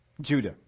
Judah